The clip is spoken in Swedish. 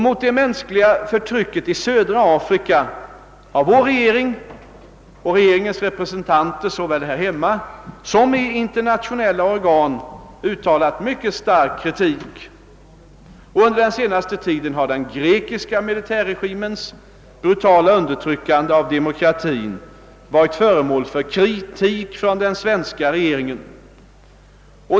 Mot det mänskliga förtrycket i södra Afrika har vår regering och regeringens representanter såväl här hemma som i internationella organ uttalat mycket skarp kritik. Under den senaste tiden har den grekiska militärregimens brutala undertryckande av demokratin varit föremål för kritik från den svenska regeringen.